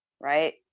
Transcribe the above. right